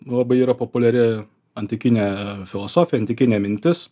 labai yra populiari antikinė filosofija antikinė mintis